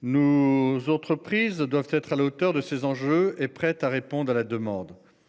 Nous aux entreprises doivent être à la hauteur de ces enjeux et prête à répondre à la demande.